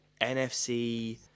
NFC